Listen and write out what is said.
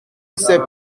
s’est